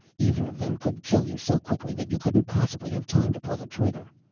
either of them could kill you so quickly that you couldn't possibly have time to pull that trigger.